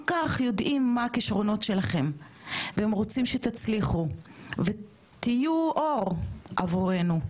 כך יודעים מה הכישרונות שלכם והם רוצים שתצליחו ותהיו אור עבורנו,